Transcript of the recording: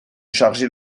charger